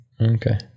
Okay